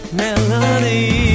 melody